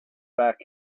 back